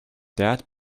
that